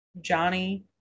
Johnny